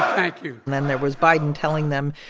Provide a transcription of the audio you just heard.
thank you and then there was biden telling them,